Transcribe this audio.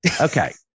okay